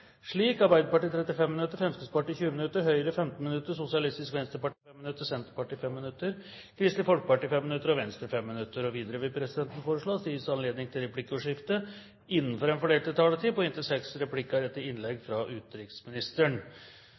slik: Arbeiderpartiet 35 minutter, Fremskrittspartiet 20 minutter, Høyre 15 minutter, Sosialistisk Venstreparti 5 minutter, Senterpartiet 5 minutter, Kristelig Folkeparti 5 minutter og Venstre 5 minutter. Videre vil presidenten foreslå at det gis anledning til replikkordskifte på inntil seks replikker med svar etter innlegget fra utenriksministeren innenfor den fordelte taletid.